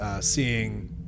seeing